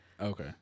Okay